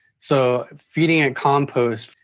so feeding it compost.